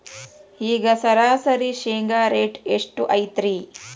ಈಗ ಸರಾಸರಿ ಶೇಂಗಾ ರೇಟ್ ಎಷ್ಟು ಐತ್ರಿ?